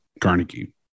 Carnegie